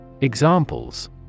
Examples